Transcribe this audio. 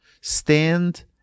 stand